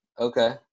Okay